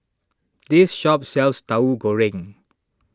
this shop sells Tahu Goreng